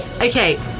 Okay